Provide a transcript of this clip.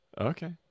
okay